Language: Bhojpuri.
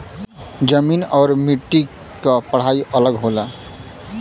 जमीन आउर मट्टी क पढ़ाई अलग होला